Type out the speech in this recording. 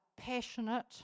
passionate